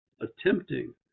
attempting